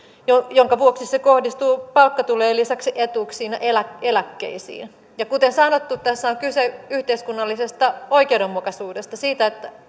minkä vuoksi se kohdistuu palkkatulojen lisäksi etuuksiin ja eläkkeisiin ja kuten sanottu tässä on kyse yhteiskunnallisesta oikeudenmukaisuudesta siitä että